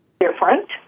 different